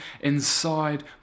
inside